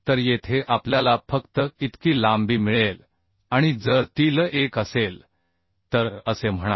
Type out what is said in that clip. तर येथे आपल्याला फक्त इतकी लांबी मिळेल आणि जर ती L1 असेल तर असे म्हणा